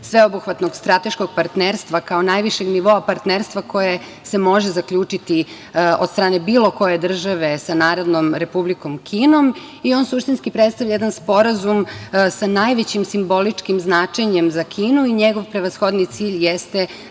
sveobuhvatnog strateškog partnerstva kao najvišeg nivoa partnerstva koje se može zaključiti od strane bilo koje države sa Narodnom Republikom Kinom i on suštinski predstavlja jedan sporazum sa najvećim simboličkim značenjem za Kinu i njegov prevashodni cilj jeste